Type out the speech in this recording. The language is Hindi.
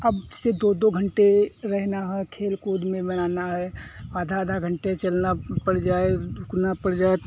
अब से दो दो घंटे रहना है खेल कूद में बनाना है आधा आधा घंटे चलना पड़ जाए रुकना पड़ जाए